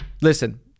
listen